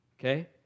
okay